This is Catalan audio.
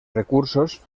recursos